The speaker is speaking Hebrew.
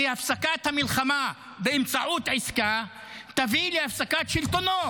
כי הפסקת המלחמה באמצעות עסקה תביא להפסקת שלטונו.